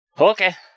Okay